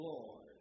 Lord